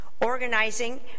organizing